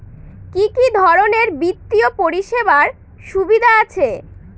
কি কি ধরনের বিত্তীয় পরিষেবার সুবিধা আছে?